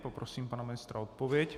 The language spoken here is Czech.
Poprosím pana ministra o odpověď.